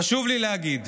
חשוב לי להגיד: